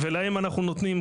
ולהם אנחנו נותנים,